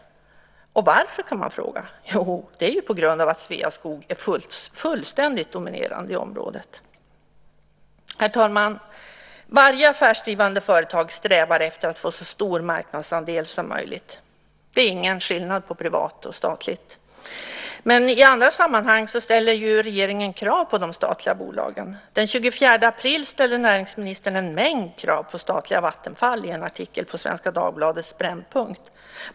Varför, kan man fråga? Jo, det är på grund av att Sveaskog är fullständigt dominerande i området. Herr talman! Varje affärsdrivande företag strävar efter att få så stor marknadsandel som möjligt. Det är ingen skillnad på privat och statligt. Men i andra sammanhang ställer ju regeringen krav på de statliga bolagen. Den 24 april ställde näringsministern en mängd krav på statliga Vattenfall i en artikel på Svenska Dagbladets Brännpunkt.